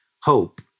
Hope